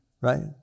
Right